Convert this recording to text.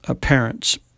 parents